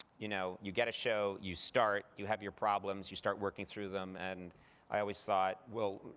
you know you get a show, you start, you have your problems, you start working through them. and i always thought, well,